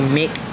make